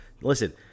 Listen